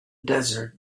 desert